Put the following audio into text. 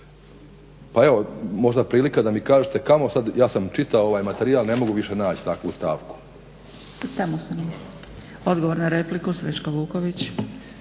Pa evo možda prilika da mi kažete kamo sada, ja sam čitao ovaj materijal ne mogu više naći takvu stavku.